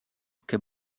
che